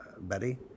betty